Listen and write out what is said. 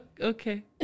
Okay